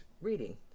reading